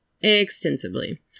extensively